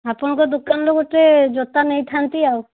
ଆପଣଙ୍କ ଦୋକାନରୁ ଗୋଟେ ଜୋତା ନେଇଥାନ୍ତି ଆଉ